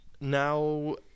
Now